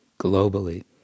globally